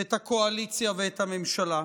את הקואליציה ואת הממשלה.